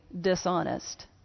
dishonest